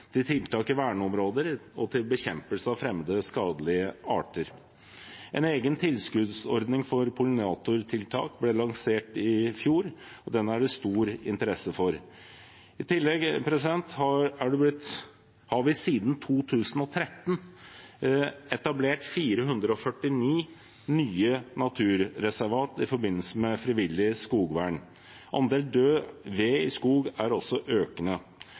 til tiltak i verneområder og til bekjempelse av fremmede skadelige arter. En egen tilskuddsordning for pollinatortiltak ble lansert i fjor, og den er det stor interesse for. I tillegg har vi siden 2013 etablert 449 nye naturreservat i forbindelse med frivillig skogvern. Andelen død ved i skog er også økende.